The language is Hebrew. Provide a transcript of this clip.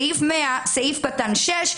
סעיף 100(6),